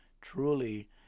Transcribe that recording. truly